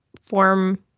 form